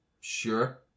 Sure